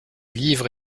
livre